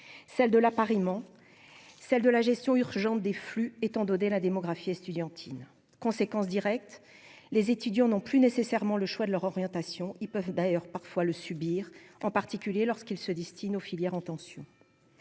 celle de l'appariement, celle de la gestion urgente des flux étant donné la démographie estudiantine conséquence directe: les étudiants non plus nécessairement le choix de leur orientation, ils peuvent d'ailleurs parfois le subir en particulier lorsqu'il se destine aux filières en tension,